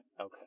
Okay